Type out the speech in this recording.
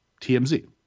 TMZ